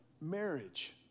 marriage